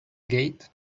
gate